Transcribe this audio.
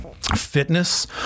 fitness